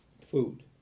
food